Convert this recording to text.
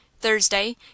thursday